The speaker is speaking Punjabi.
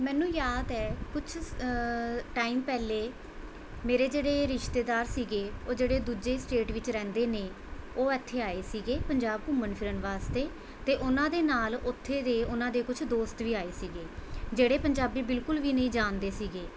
ਮੈਨੂੰ ਯਾਦ ਹੈ ਕੁਛ ਸ ਟਾਈਮ ਪਹਿਲੇ ਮੇਰੇ ਜਿਹੜੇ ਰਿਸ਼ਤੇਦਾਰ ਸੀਗੇ ਉਹ ਜਿਹੜੇ ਦੂਜੇ ਸਟੇਟ ਵਿੱਚ ਰਹਿੰਦੇ ਨੇ ਉਹ ਇੱਥੇ ਆਏ ਸੀਗੇ ਪੰਜਾਬ ਘੁੰਮਣ ਫਿਰਨ ਵਾਸਤੇ ਅਤੇ ਉਹਨਾਂ ਦੇ ਨਾਲ ਉੱਥੇ ਦੇ ਉਹਨਾਂ ਦੇ ਕੁਛ ਦੋਸਤ ਵੀ ਆਏ ਸੀਗੇ ਜਿਹੜੇ ਪੰਜਾਬੀ ਬਿਲਕੁਲ ਵੀ ਨਹੀਂ ਜਾਣਦੇ ਸੀਗੇ